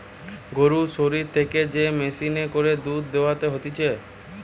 গরুর শরীর থেকে যে মেশিনে করে দুধ দোহানো হতিছে